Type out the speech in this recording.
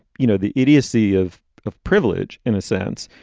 you know, the idiocy of of privilege in a sense.